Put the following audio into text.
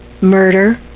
murder